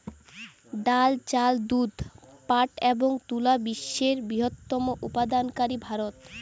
ডাল, চাল, দুধ, পাট এবং তুলা বিশ্বের বৃহত্তম উৎপাদনকারী ভারত